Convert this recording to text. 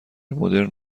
مدرن